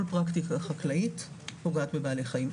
כל פרקטיקה חקלאית פוגעת בבעלי חיים,